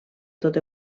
tot